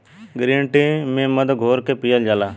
green tea में मध घोर के पियल जाला